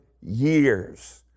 years